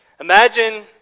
imagine